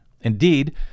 Indeed